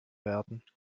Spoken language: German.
werden